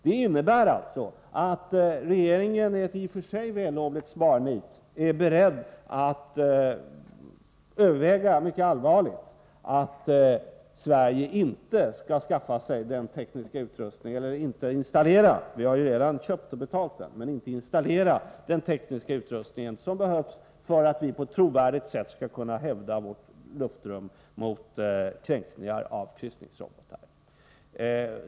Det innebär alltså att regeringen, i ett i och för sig vällovligt sparnit, är beredd att överväga mycket allvarligt att Sverige inte skall installera den tekniska utrustning som vi redan har köpt och betalt och som behövs för att vi på ett trovärdigt sätt skall kunna hävda vårt luftrum mot kränkningar av kryssningsrobotar.